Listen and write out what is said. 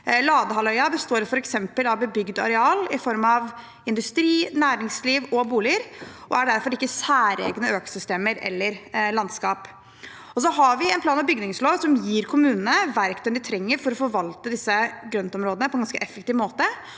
Ladehalvøya består f.eks. av bebygd areal i form av industri, næringsliv og boliger, og der er det derfor ikke særegne økosystemer eller landskap. Vi har en plan- og bygningslov som gir kommunene verktøyene de trenger for å forvalte disse grøntområdene på en ganske effektiv måte.